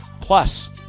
Plus